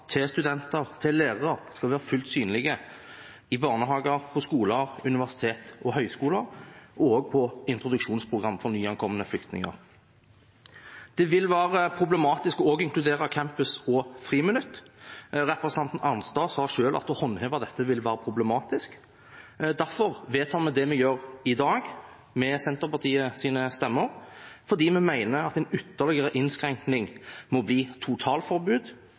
studenter og lærere skal være fullt synlige i barnehager, på skoler, universiteter og høyskoler, og også på introduksjonsprogram for nyankomne flyktninger. Det vil være problematisk å inkludere campus og friminutt. Representanten Arnstad sa selv at å håndheve dette vil være problematisk. Derfor vedtar vi det vi gjør i dag, med Senterpartiets stemmer, fordi vi mener at en ytterligere innskrenkning må bli totalforbud,